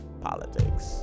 politics